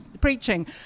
preaching